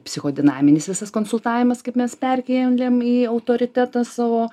psichodinaminis visas konsultavimas kaip mes perkėlėm į autoritetą savo